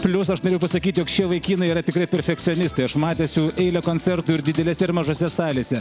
plius aš noriu pasakyti jog šie vaikinai yra tikri perfekcionistai aš matęs jų eilę koncertų ir didelėse ir mažose salėse